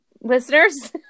listeners